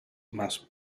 más